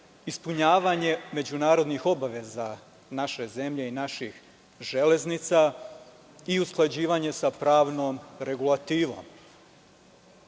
ispunjavanje međunarodnih obaveza naše zemlje i naših železnica i usklađivanje sa pravnom regulativom.